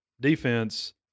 defense